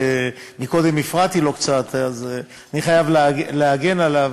קודם הפרעתי לו קצת אז אני חייב להגן עליו,